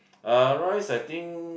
uh rice I think